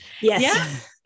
Yes